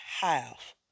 half